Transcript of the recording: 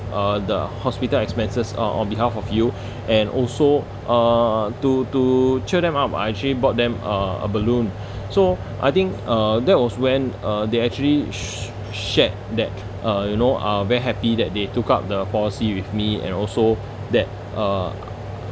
uh the hospital expenses uh on behalf of you and also uh to to cheer them up I actually bought them a a balloon so I think uh that was when uh they actually shared that uh you know uh very happy that they took up the policy with me and also that uh